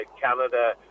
Canada